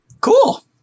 Cool